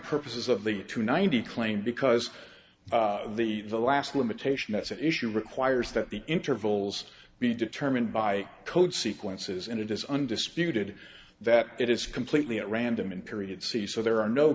purposes of the two ninety claim because the last limitation that's at issue requires that the intervals be determined by code sequences and it is undisputed that it is completely at random in period c so there are no